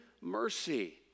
mercy